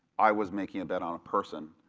i was making a bet on a person.